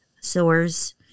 sores